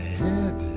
head